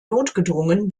notgedrungen